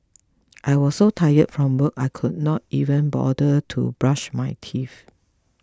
I was so tired from work I could not even bother to brush my teeth